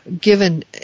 given